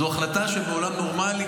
זו החלטה שבעולם נורמלי,